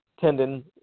tendon